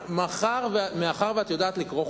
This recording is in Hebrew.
מאחר שאת יודעת לקרוא חוקים,